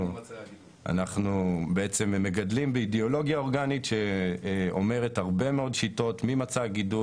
אנחנו מגדלים באידיאולוגיה אורגנית שאומרת הרבה מאוד שיטות ממצע הגידול,